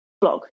blog